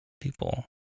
people